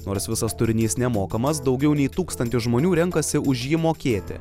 nors visas turinys nemokamas daugiau nei tūkstantis žmonių renkasi už jį mokėti